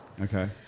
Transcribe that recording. Okay